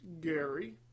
Gary